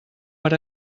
per